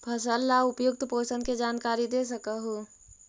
फसल ला उपयुक्त पोषण के जानकारी दे सक हु?